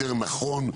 יותר נכון,